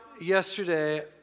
yesterday